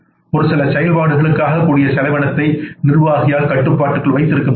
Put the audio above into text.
ஒருசில செயல்பாடுகளுக்காக கூடிய செலவினத்தை நிர்வாகியால் கட்டுப்பாட்டுக்குள் வைத்திருக்க முடியும்